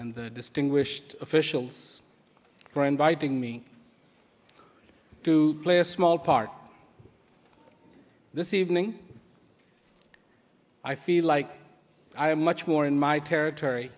and distinguished officials for inviting me to play a small part this evening i feel like i am much more in my territory